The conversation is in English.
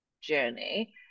journey